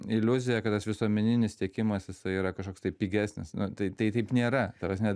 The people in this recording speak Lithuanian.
iliuzija kad tas visuomeninis tiekimas jisai yra kažkoks tai pigesnis nu tai tai taip nėra ta prasme